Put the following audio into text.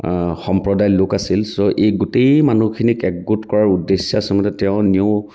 সম্প্ৰদায়ৰ লোক আছিল চ' এই গোটেই মানুহখিনিক একগোট কৰাৰ উদ্দেশ্যে আচলতে তেওঁ নিউ